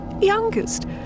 youngest